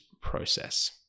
process